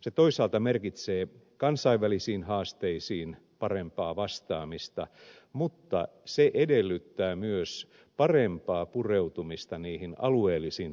se toisaalta merkitsee parempaa vastaamista kansainvälisiin haasteisiin mutta se edellyttää myös parempaa pureutumista niihin alueellisiin toimintaympäristöihin